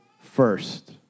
first